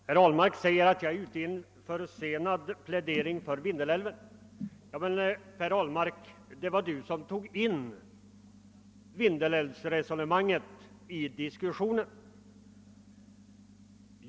Herr talman! Herr Ahlmark säger att jag kommer med en försenad plädering för Vindelälven, men det var han som tog upp Vindelälven i diskussionen.